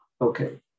Okay